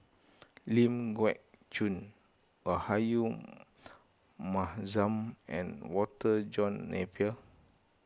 Ling Geok Choon Rahayu Mahzam and Walter John Napier